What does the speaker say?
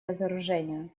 разоружению